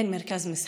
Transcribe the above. אין מרכז מסחרי,